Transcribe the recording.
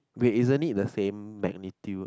wait isn't it the same magnitude